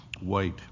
white